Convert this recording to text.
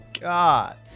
God